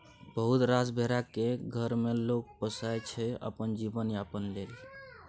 बहुत रास भेरा केँ घर मे लोक पोसय छै अपन जीबन यापन लेल